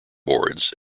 boards